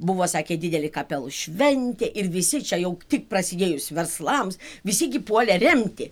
buvo sakė didelė kapelų šventė ir visi čia jau tik prasidėjus verslams visi gi puolė remti